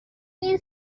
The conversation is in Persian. این